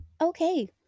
Okay